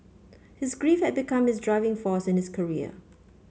his grief had become his driving force in his career